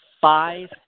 five